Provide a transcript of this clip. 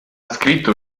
scritto